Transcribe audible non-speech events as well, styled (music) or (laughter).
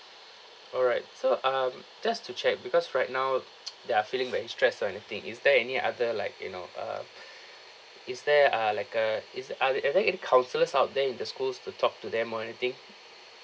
alright so um just to check because right now they're feeling very stressed or anything is there any other like you know uh (breath) is there ah like a is are are there any counsellors out there in the schools to talk to them or anything